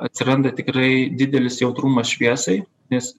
atsiranda tikrai didelis jautrumas šviesai nes